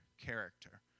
character